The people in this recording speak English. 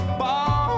ball